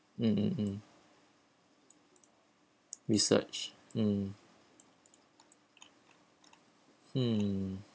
mm mm research mm hmm